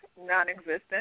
Non-existent